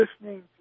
listening